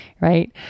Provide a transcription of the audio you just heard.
right